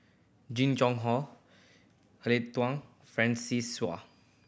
Jing Jun Hong Eleanor Wong Francis Seow